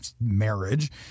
marriage